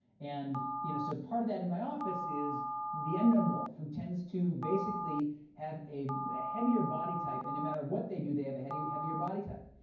and you know so part of that in my office is the endomorph, who tends to basically have a heavier body type, and no matter what they do, they have a heavier heavier body type.